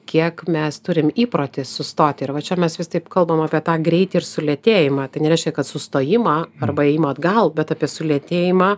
kiek mes turim įprotį sustoti ir va čia mes vis taip kalbam apie tą greitį ir sulėtėjimą tai nereiškia kad sustojimą arba ėjimą atgal bet apie sulėtėjimą